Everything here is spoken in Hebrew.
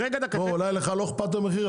אולי לך לא אכפת מהמחיר.